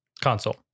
console